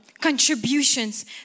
contributions